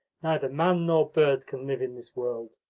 neither man nor bird can live in this world.